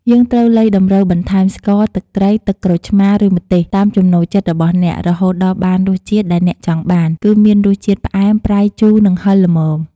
យើងត្រូវលៃតម្រូវបន្ថែម ស្ករ ទឹកត្រី ទឹកក្រូចឆ្មារ ឬម្ទេស តាមចំណូលចិត្តរបស់អ្នក រហូតដល់បានរសជាតិដែលអ្នកចង់បាន គឺមានរសជាតិផ្អែម ប្រៃ ជូរ និងហិរល្មម។